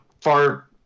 far